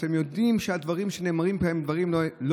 אתם יודעים שהדברים שנאמרים כאן הם לא דברי אמת,